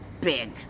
big